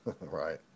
right